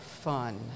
fun